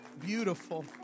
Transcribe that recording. Beautiful